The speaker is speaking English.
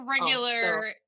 regular